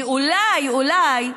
כי אולי אולי,